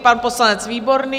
Pan poslanec Výborný?